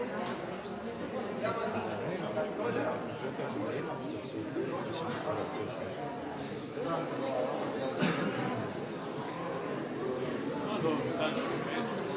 Hvala vam g.